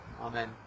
Amen